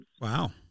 Wow